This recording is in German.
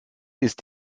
ist